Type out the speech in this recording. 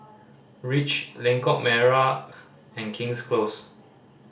Reach Lengkok Merak and King's Close